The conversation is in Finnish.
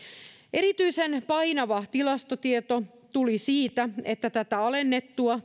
erityisen painava tilastotieto tuli siitä että tätä alennettua